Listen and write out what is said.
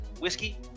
whiskey